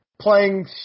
playing